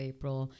April